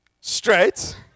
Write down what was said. straight